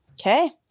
Okay